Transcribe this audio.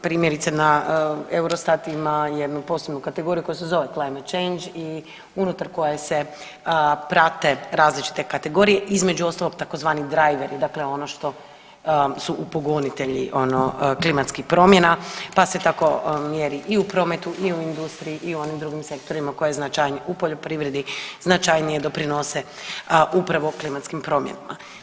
Primjerice na Eurostat ima jednu posebnu kategoriju koja se zove … [[Govornik se ne razumije]] i unutar koje se prate različite kategorije i između ostalog i tzv. driveri, dakle ono što su upogonitelji ono klimatskih promjena, pa se tako mjeri i u prometu i u industriji i u onim drugim sektorima koje značajnije, u poljoprivredi značajnije doprinose upravo klimatskim promjenama.